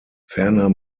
werner